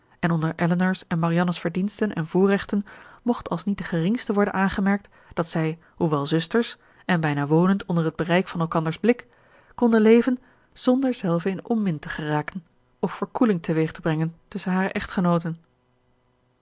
en onder elinor's en marianne's verdiensten en voorrechten mocht als niet de geringste worden aangemerkt dat zij hoewel zusters en bijna wonend onder t bereik van elkanders blik konden leven zonder welven in onmin te geraken of verkoeling te weeg te brengen tusschen hare echtgenooten